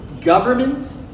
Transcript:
government